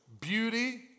beauty